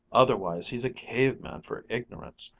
otherwise he's a cave-man for ignorance.